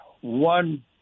one